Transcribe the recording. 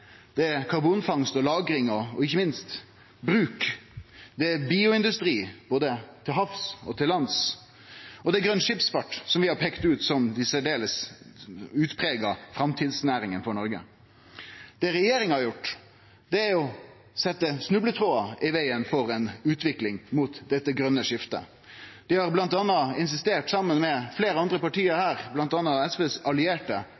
karbonfangst og -lagring og ikkje minst bruk, det gjeld bioindustri både til havs og på land, og det er grøn skipsfart, som vi har peika ut som dei særdeles utprega framtidsnæringane for Noreg. Det regjeringa har gjort, er å leggje snubletrådar i vegen for ei utvikling av dette grøne skiftet. Dei har bl.a. insistert, saman med fleire andre parti her – bl.a. SVs allierte,